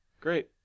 Great